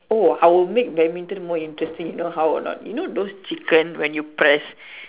who I will make badminton more interesting you know how or not you know those chicken when you press